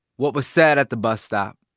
what was said at the bus stop